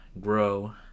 grow